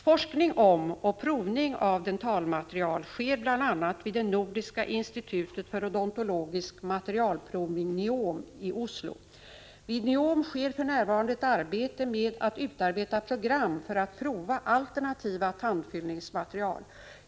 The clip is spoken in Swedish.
Forskning om och provning av dentalmaterial sker bl.a. vid det Nordiska Institutet för Odontologisk Materialprovning i Oslo. Vid NIOM sker för närvarande ett arbete med att utarbeta program för att prova alternativa tandfyllningsmaterial.